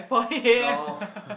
no